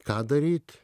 ką daryt